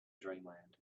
dreamland